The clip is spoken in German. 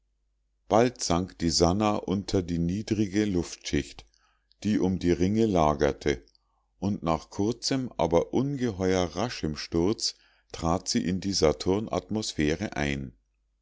bald sank die sannah unter die niedre luftschicht die um die ringe lagerte und nach kurzem aber ungeheuer raschem sturz trat sie in die saturnatmosphäre ein